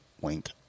wink